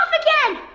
again!